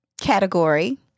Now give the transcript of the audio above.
category